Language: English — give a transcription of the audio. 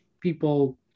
people